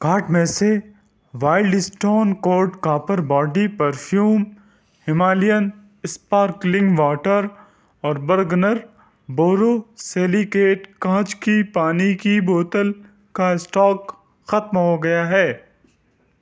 cart میں سے Wild Stone Code Copper body perfume Himalayan sparkling water اور Bergner borosilicate کانچ کی پانی کی بوتل کا اسٹاک ختم ہو گیا ہے